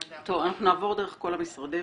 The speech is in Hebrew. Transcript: טוב, אנחנו נעבור דרך כל המשרדים.